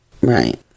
Right